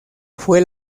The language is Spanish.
fue